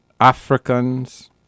Africans